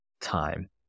time